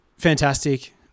fantastic